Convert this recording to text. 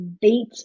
beat